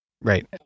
Right